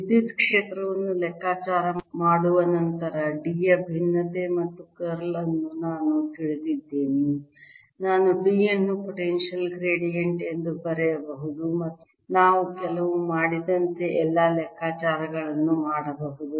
ವಿದ್ಯುತ್ ಕ್ಷೇತ್ರವನ್ನು ಲೆಕ್ಕಾಚಾರ ಮಾಡುವ ನಂತರ D ಯ ಭಿನ್ನತೆ ಮತ್ತು ಕರ್ಲ್ ಅನ್ನು ನಾನು ತಿಳಿದಿದ್ದೇನೆ ನಾನು D ಅನ್ನು ಪೊಟೆನ್ಶಿಯಲ್ ಗ್ರೇಡಿಯಂಟ್ ಎಂದು ಬರೆಯಬಹುದು ಮತ್ತು ನಾವು ಮೊದಲು ಮಾಡಿದಂತೆ ಎಲ್ಲಾ ಲೆಕ್ಕಾಚಾರಗಳನ್ನು ಮಾಡಬಹುದು